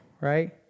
right